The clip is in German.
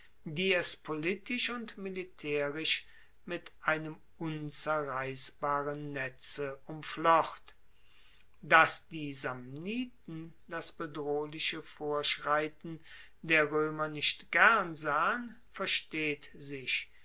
die es politisch und militaerisch mit einem unzerreissbaren netze umflocht dass die samniten das bedrohliche vorschreiten der roemer nicht gern sahen versteht sich